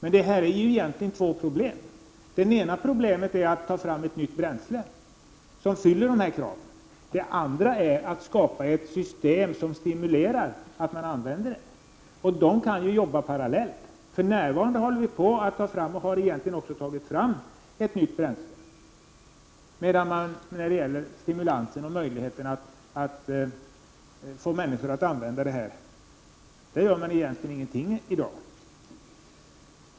Egentligen är det två problem här. Det ena är att ta fram ett nytt bränsle som fyller dessa krav. Det andra är att skapa ett system som stimulerar användningen av det. Man kan jobba parallellt på dem. För närvarande håller man på att ta fram, och har egentligen också fått fram, ett nytt bränsle. Däremot görs egentligen ingenting när det gäller stimulanser och möjligheterna att få människor att använda detta.